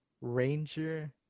ranger